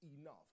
enough